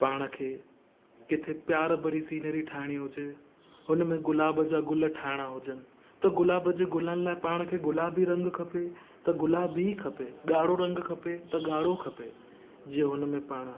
पाण खे किथे प्यार भरी सीनेरी ठाहिणी हुजे हुन में गुलाब जा गुल ठाहिणा हुजनि त गुलाबनि जे गुलनि लाइ पाण खे गुलाबी रंग खपे त गुलाबी खपे ॻाढ़ो रंग खपे त ॻाढ़ो खपे जे हुन में पाणि